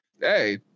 hey